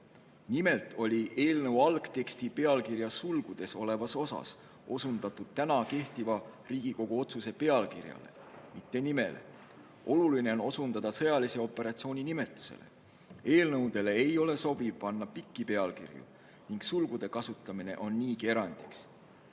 Nimelt oli eelnõu algteksti pealkirja sulgudes olevas osas osundatud kehtiva Riigikogu otsuse pealkirjale, mitte nimele. Oluline on aga osundada sõjalise operatsiooni nimetusele. Eelnõudele ei ole sobiv panna pikki pealkirju ning sulgude kasutamine on niigi erandlik.